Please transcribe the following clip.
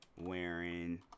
wearing